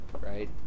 right